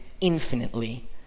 infinitely